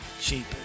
Cheap